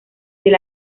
del